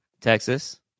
Texas